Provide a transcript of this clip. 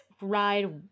Ride